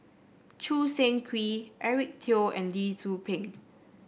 Choo Seng Quee Eric Teo and Lee Tzu Pheng